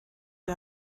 wie